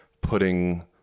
putting